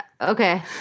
Okay